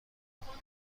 درباره